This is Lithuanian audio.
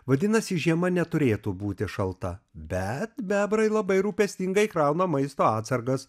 vadinasi žiema neturėtų būti šalta bet bebrai labai rūpestingai krauna maisto atsargas